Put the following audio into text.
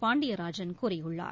பாண்டியராஜன் கூறியுள்ளார்